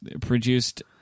produced